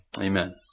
amen